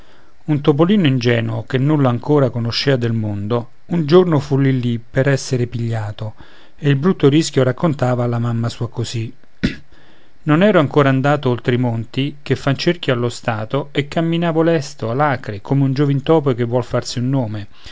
un topolino ingenuo che nulla ancora conoscea del mondo un giorno fu lì lì per essere pigliato e il brutto rischio raccontava alla mamma sua così non ero ancora andato oltre i monti che fan cerchio allo stato e camminavo lesto alacre come un giovin topo che vuol farsi un nome